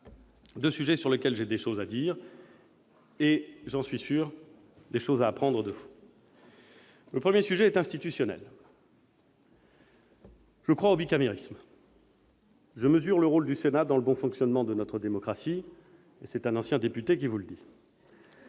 deux sujets sur lesquels j'ai des choses à dire et, j'en suis sûr, des choses à apprendre de vous. Le premier sujet est institutionnel. Je crois au bicamérisme. Je mesure le rôle du Sénat dans le bon fonctionnement de notre démocratie, et c'est un ancien député qui vous le dit